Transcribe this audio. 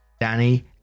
Danny